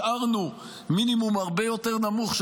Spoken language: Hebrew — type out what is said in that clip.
השארנו מינימום הרבה יותר נמוך,